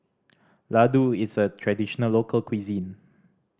laddu is a traditional local cuisine